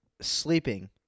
sleeping